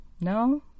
No